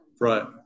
right